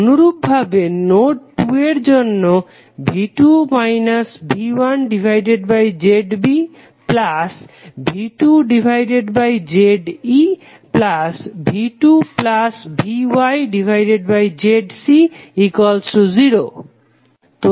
অনুরূপভাবে নোড 2 এর জন্য V2 V1ZBV2ZEV2VYZC0